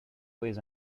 quiz